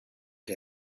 der